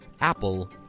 Apple